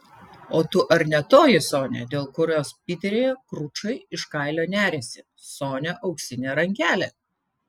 o tu ar ne toji sonia dėl kurios piteryje kručai iš kailio neriasi sonia auksinė rankelė